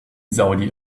saudi